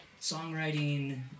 songwriting